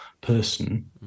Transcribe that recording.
person